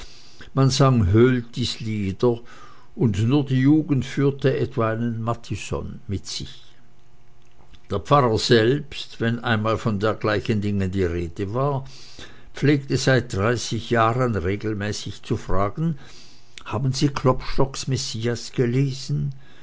man sang höltys lieder und nur die jugend führte etwa einen matthisson mit sich der pfarrer selbst wenn einmal von dergleichen dingen die rede war pflegte seit dreißig jahren regelmäßig zu fragen haben sie klopstocks messias gelesen